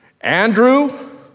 Andrew